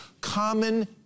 Common